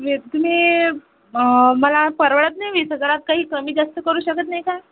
तुम्ही मला परवडत नाही वीस हजारात काही कमीजास्त करू शकत नाही का